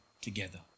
together